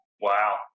wow